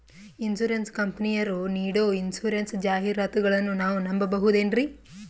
Insurance ಕಂಪನಿಯರು ನೀಡೋ insurance ಜಾಹಿರಾತುಗಳನ್ನು ನಾವು ನಂಬಹುದೇನ್ರಿ?